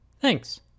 Thanks